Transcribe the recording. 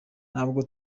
ntabwo